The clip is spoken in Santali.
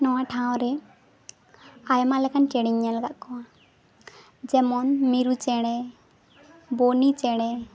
ᱱᱚᱣᱟ ᱴᱷᱟᱶ ᱨᱮ ᱟᱭᱢᱟ ᱞᱮᱠᱟᱱ ᱪᱮᱬᱮᱧ ᱧᱮᱞ ᱟᱠᱟᱫ ᱠᱚᱣᱟ ᱡᱮᱢᱚᱱ ᱢᱤᱨᱩ ᱪᱮᱬᱮ ᱵᱚᱱᱤ ᱪᱮᱬᱮ